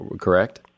correct